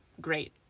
great